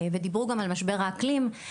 ודיברו גם על משבר האקלים,